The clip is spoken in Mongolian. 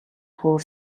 хөөр